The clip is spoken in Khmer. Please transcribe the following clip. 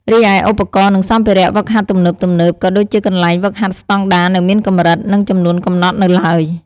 រីឯឧបករណ៍ និងសម្ភារៈហ្វឹកហាត់ទំនើបៗ ក៏ដូចជាកន្លែងហ្វឹកហាត់ស្តង់ដារ នៅមានកម្រិត និងចំនួនកំណត់នៅឡើយ។